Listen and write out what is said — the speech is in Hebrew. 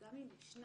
גם אם ישנן,